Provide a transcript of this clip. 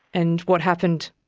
and what happened?